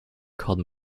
called